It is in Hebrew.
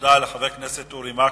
תודה לחבר הכנסת אורי מקלב.